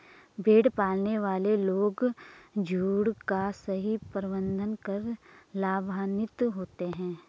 भेड़ पालने वाले लोग झुंड का सही प्रबंधन कर लाभान्वित होते हैं